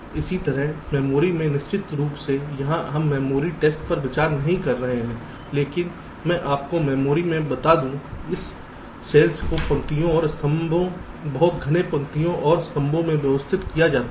इसी तरहमेमोरी में निश्चित रूप से यहां हम मेमोरी टेस्ट पर विचार नहीं कर रहे हैं लेकिन मैं आपको मेमोरी में बता दूं इस सेल्स को पंक्तियों और स्तंभों बहुत घने पंक्तियों और स्तंभों में व्यवस्थित किया जाता है